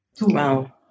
Wow